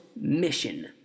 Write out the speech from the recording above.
mission